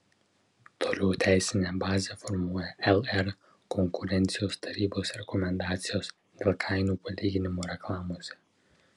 toliau teisinę bazę formuoja lr konkurencijos tarybos rekomendacijos dėl kainų palyginimo reklamose